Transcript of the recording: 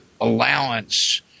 allowance